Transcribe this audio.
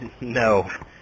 No